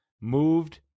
moved